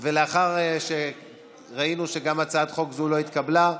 ובכן, גם הצעת חוק זו לא התקבלה,